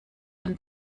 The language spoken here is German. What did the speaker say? den